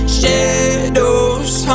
shadows